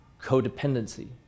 Codependency